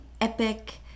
epic